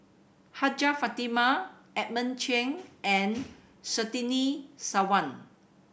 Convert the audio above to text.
Hajjah Fatimah Edmund Cheng and Surtini Sarwan